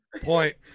Point